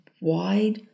wide